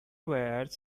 wires